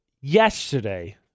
yesterday